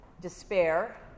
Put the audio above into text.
despair